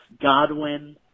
Godwin